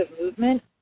movement